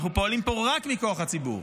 אנחנו פועלים פה רק מכוח הציבור,